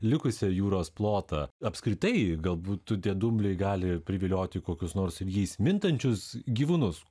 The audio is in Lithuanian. likusią jūros plotą apskritai galbūt tie dumbliai gali privilioti kokius nors ir jais mintančius gyvūnus